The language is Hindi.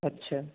अच्छा